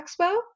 Expo